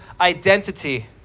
Identity